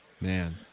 Man